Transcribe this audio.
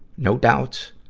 no doubts,